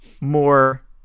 more